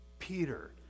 Peter